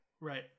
Right